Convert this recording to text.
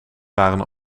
waren